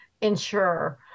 ensure